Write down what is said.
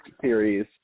series